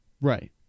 Right